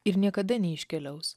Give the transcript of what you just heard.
ir niekada neiškeliaus